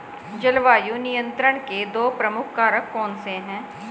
जलवायु नियंत्रण के दो प्रमुख कारक कौन से हैं?